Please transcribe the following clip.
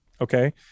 okay